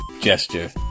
gesture